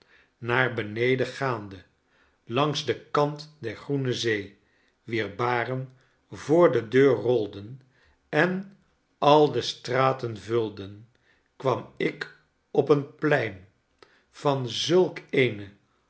naar beneden gaande langs den kant der groene zee wier baren voor de deur rolden en al de straten vulden kwam ik op een plein van zulk eene